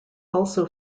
also